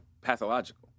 pathological